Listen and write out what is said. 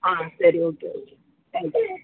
ஆ சரி okay okay thank you